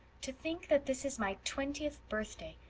to think that this is my twentieth birthday,